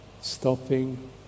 stopping